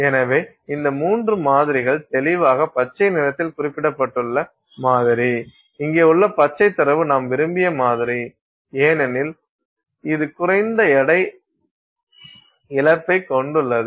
எனவே இந்த மூன்று மாதிரிகள் தெளிவாக பச்சை நிறத்தில் குறிப்பிடப்பட்டுள்ள மாதிரி இங்கே உள்ள பச்சை தரவு நாம் விரும்பிய மாதிரி ஏனெனில் இது குறைந்த எடை இழப்பைக் கொண்டுள்ளது